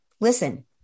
listen